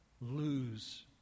lose